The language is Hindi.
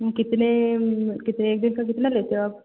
कितने कितने एक दिन का कितना लेते हो आप